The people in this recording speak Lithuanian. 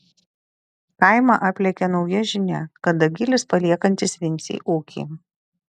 kaimą aplėkė nauja žinia kad dagilis paliekantis vincei ūkį